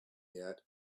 yet